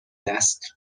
دست